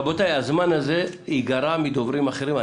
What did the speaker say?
רבותי, הזמן הזה ייגרע מדוברים אחרים.